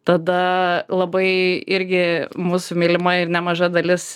tada labai irgi mūsų mylima ir nemaža dalis